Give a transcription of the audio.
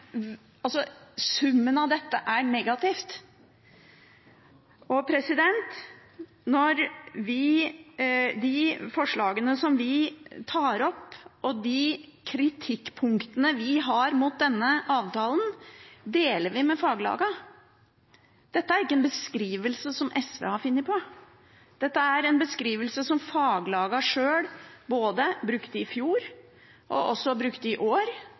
Summen av dette er negativt. De forslagene vi tar opp, og de kritikkpunktene vi har mot denne avtalen, deler vi med faglagene. Dette er ikke en beskrivelse som SV har funnet på. Dette er en beskrivelse som faglagene sjøl brukte både i fjor og i år.